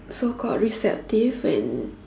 so called receptive and